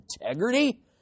integrity